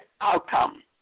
outcome